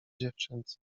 dziewczynce